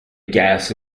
gas